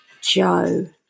Joe